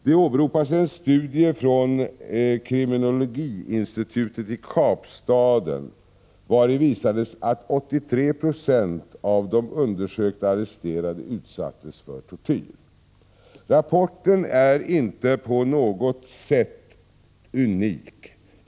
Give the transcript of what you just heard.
Det åberopas en studie från kriminologinstitutet i Kapstaden, vari visades att 83 260 av de undersökta arresterade utsattes för tortyr. Rapporten är inte på något sätt unik.